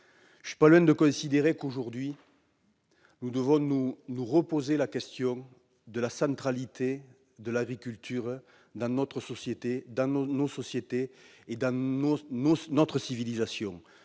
Je ne suis pas loin de considérer qu'aujourd'hui nous devons nous reposer la question de la centralité de l'agriculture dans nos sociétés, dans notre civilisation.